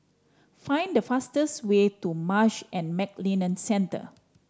find the fastest way to Marsh and McLennan Centre